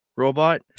Robot